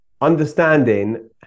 understanding